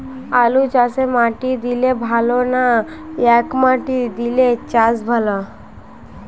আলুচাষে মাটি দিলে ভালো না একমাটি দিয়ে চাষ ভালো?